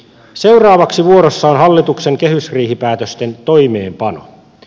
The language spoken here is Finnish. seuraavaksi on vuorossa hallituksen kehysriihipäätösten toimeenpano